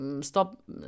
stop